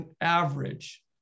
average